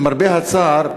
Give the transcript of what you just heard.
למרבה הצער,